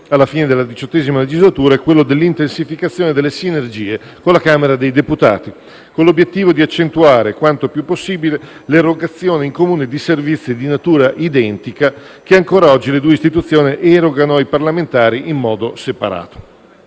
alla fine della XVIII legislatura sia quello dell'intensificazione delle sinergie con la Camera dei deputati, con l'obiettivo di accentuare, quanto più possibile, l'erogazione in comune di servizi di natura identica, che ancora oggi le due istituzioni erogano ai parlamentari in modo separato.